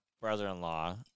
brother-in-law